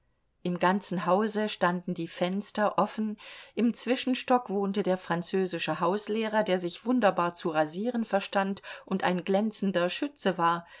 im ganzen hause standen die fenster offen im zwischenstock wohnte der französische hauslehrer der sich wunderbar zu rasieren verstand und ein glänzender schütze war